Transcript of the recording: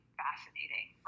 fascinating